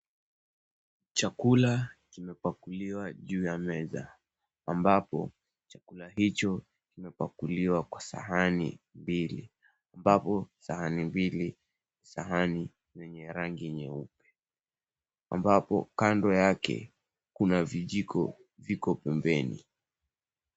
Chakula kimepakuliwa juu ya meza ambapo chakula hicho kimepakuliwa kwa sahani mbili, ambapo sahani mbili sahani zenye rangi nyeupe ambapo kando yake kuna vijiko viko pembeni.